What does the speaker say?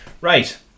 Right